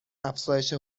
افزایش